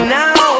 now